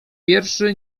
wierszy